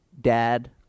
Dad